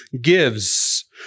gives